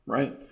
Right